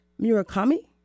Murakami